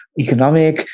economic